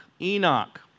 Enoch